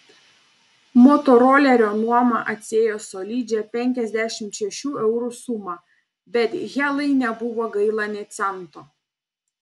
motorolerio nuoma atsiėjo solidžią penkiasdešimt šešių eurų sumą bet helai nebuvo gaila nė cento